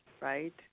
right